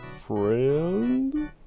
friend